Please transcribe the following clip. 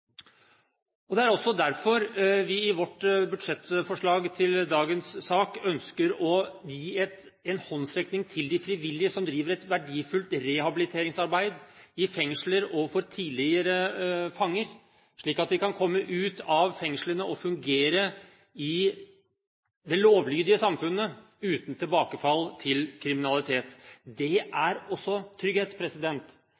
Det er også derfor vi i vårt budsjettforslag i dag ønsker å gi en håndsrekning til de frivillige som driver et verdifullt rehabiliteringsarbeid i fengsler og for tidligere fanger, slik at de kan komme ut av fengslene og fungere i det lovlydige samfunnet uten tilbakefall til kriminalitet. Det